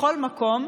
לכל מקום.